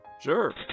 Sure